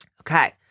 Okay